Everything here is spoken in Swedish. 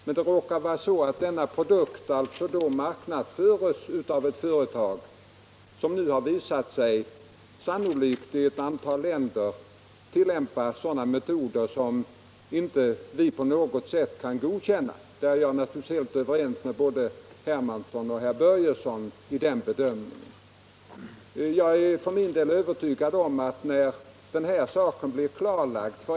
Men det råkar vara så att denna produkt marknadsförs av ett företag som i ett antal länder sannolikt tillämpat sådana försäljningsmetoder som vi inte på något sätt kan god känna. Jag är naturligtvis helt överens med både herr Hermansson och herr Börjesson i Falköping om den bedömningen.